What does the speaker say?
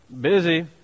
Busy